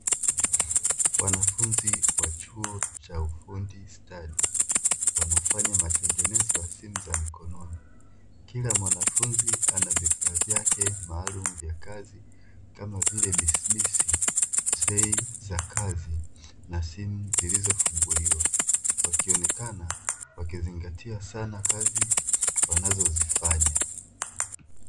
Wanafunzi wa chuo cha ufundi stadi, wanafanya matengenezo ya simu za mkononi, kila mwanafunzi ana vifaa vyake maalumu vya kazi, kama vile: bisibisi, trei za kazi na simu zilizofunguliwa, wakionekana wakizingatia sana kazi wanazozifanya.